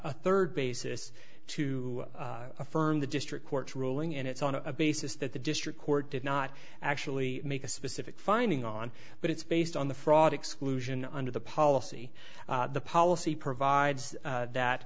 third basis to affirm the district court's ruling and it's on a basis that the district court did not actually make a specific finding on but it's based on the fraud exclusion under the policy the policy provides that